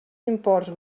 imports